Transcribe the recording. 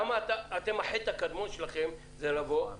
החטא הקדמון שלכם זה לבוא,